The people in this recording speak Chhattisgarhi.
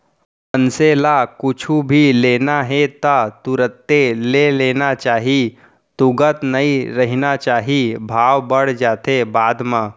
मनसे ल कुछु भी लेना हे ता तुरते ले लेना चाही तुगत नइ रहिना चाही भाव बड़ जाथे बाद म